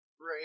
Right